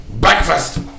Breakfast